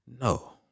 No